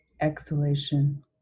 exhalation